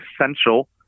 essential